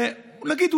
ונגיד,